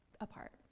apart